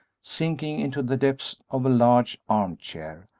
sinking into the depths of a large arm-chair,